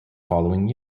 following